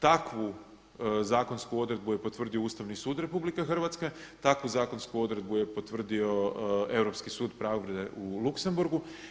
Takvu zakonsku odredbu je potvrdio Ustavni sud RH, takvu zakonsku odredbu je potvrdio Europski sud pravde u Luksemburgu.